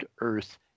Earth